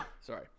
Sorry